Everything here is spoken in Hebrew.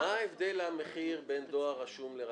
מה הבדל המחיר בין דואר רשום לרגיל,